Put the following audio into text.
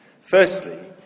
Firstly